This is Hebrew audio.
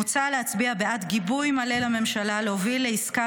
מוצע להצביע בעד גיבוי מלא לממשלה להוביל לעסקה